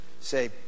say